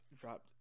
dropped